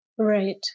right